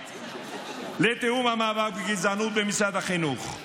לתיאום המאבק בגזענות במשרד החינוך,